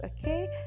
Okay